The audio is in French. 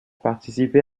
participer